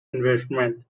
investment